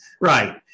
right